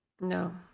no